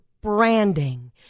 branding